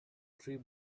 tree